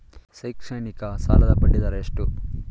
ಶೈಕ್ಷಣಿಕ ಸಾಲದ ಬಡ್ಡಿ ದರ ಎಷ್ಟು?